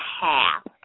half